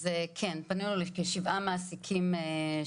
אז כן, פנינו לכשבעה מעסיקים.